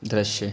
दृश्य